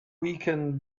weakened